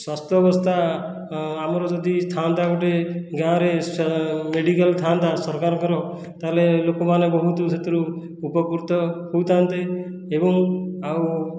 ସ୍ଵାସ୍ଥ୍ୟ ଅବସ୍ଥା ଆମର ଯଦି ଥାଆନ୍ତା ଗୋଟେ ଗାଁରେ ମେଡ଼ିକାଲ ଥାଆନ୍ତା ସରକାରଙ୍କର ତାହେଲେ ଲୋକମାନେ ବହୁତ ସେଥିରୁ ଉପକୃତ ହେଉଥାନ୍ତେ ଏବଂ ଆଉ